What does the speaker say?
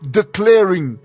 declaring